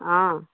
অঁ